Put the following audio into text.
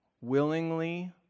willingly